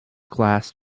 class